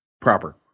proper